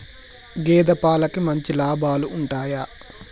గేదే పాలకి మంచి లాభాలు ఉంటయా?